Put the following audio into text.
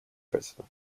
president